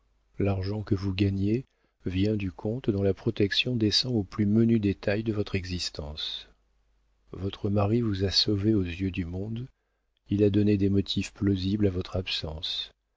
l'argent que vous gagnez vient du comte dont la protection descend aux plus menus détails de votre existence votre mari vous a sauvée aux yeux du monde il a donné des motifs plausibles à votre absence